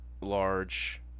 large